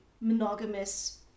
monogamous